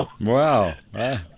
Wow